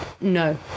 no